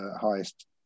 highest